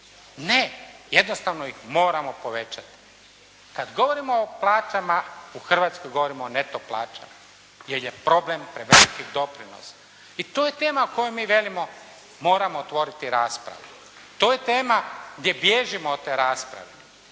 Ne, jednostavno ih moramo povećati. Kad govorimo o plaćama u Hrvatskoj govorimo o neto plaćama, jer je problem prevelikih doprinosa i to je tema o kojoj mi velimo moramo otvoriti raspravu. To je tema gdje bježimo od te rasprave.